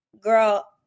girl